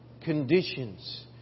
conditions